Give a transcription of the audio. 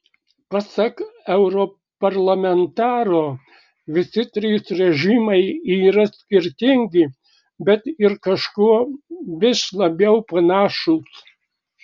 pasak europarlamentaro visi trys režimai yra skirtingi bet ir kažkuo vis labiau panašūs